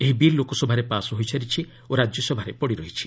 ଏହି ବିଲ୍ ଲୋକସଭାରେ ପାସ୍ ହୋଇସାରିଛି ଓ ରାଜ୍ୟସଭାରେ ପଡ଼ିରହିଛି